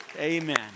Amen